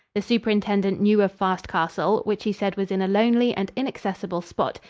the superintendent knew of fast castle, which he said was in a lonely and inaccessible spot,